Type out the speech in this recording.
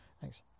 Thanks